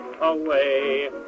away